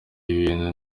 ibintu